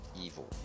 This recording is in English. evil